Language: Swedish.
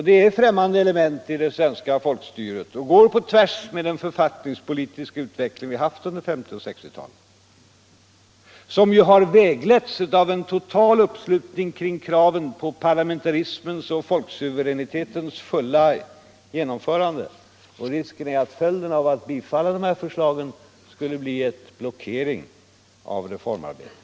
Det är ffrämmande element i det svenska folkstyret och går på tvärs med den författningspolitiska utveckling som vi har haft under 1950 och 1960-talen och som ju har vägletts av en total uppslutning kring kraven på parlamentarismens och folksuveränitetens fulla genomförande. Risken är alltså att följden av bifall till dessa förslag skulle bli en blockering av reformarbetet.